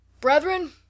Brethren